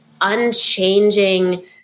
unchanging